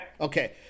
Okay